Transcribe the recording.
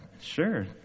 sure